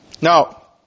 Now